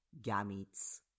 gametes